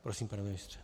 Prosím, pane ministře.